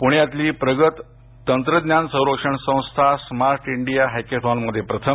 प्रण्यातली प्रगत तंत्रज्ञान संरक्षण संस्था स्मार्ट इंडिया हॅकेथॉनमध्ये प्रथम